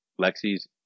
Lexi's